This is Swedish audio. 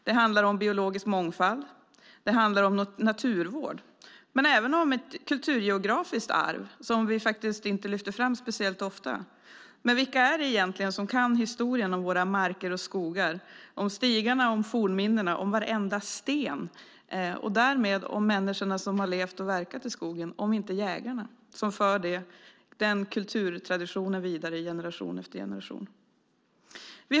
Det handlar om biologisk mångfald, om naturvård men även om ett kulturgeografiskt arv som vi faktiskt inte lyfter fram speciellt ofta. Men vilka är det egentligen som kan historien om våra marker och skogar, om stigarna, om fornminnena och om varenda sten och därmed om människorna som har levt och verkat i skogen om inte jägarna som för den kulturtraditionen vidare i generation efter generation?